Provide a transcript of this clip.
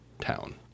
town